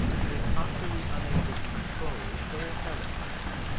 he was utterly unable to control or help this,